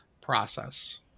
process